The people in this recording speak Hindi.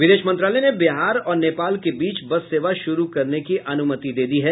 विदेश मंत्रालय ने बिहार और नेपाल के बीच बस सेवा शुरू करने की अनुमति दे दी है